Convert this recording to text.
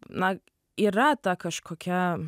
na yra ta kažkokia